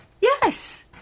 Yes